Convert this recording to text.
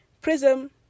Prism